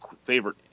favorite